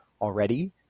already